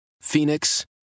Phoenix